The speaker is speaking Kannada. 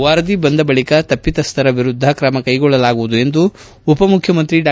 ವರದಿ ಬಂದ ಬಳಿಕ ತಪಿತಸ್ಥರ ವಿರುದ್ಧ ಕ್ರಮ ಕೈಗೊಳ್ಳಲಾಗುವುದು ಎಂದು ಉಪ ಮುಖ್ಯಮಂತ್ರಿ ಡಾ